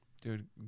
Dude